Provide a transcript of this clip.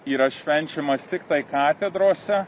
yra švenčiamas tiktai katedrose